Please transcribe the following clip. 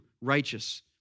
righteous